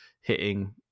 hitting